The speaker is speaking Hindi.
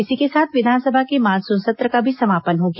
इसी के साथ विधानसभा के मानसून सत्र का भी समापन हो गया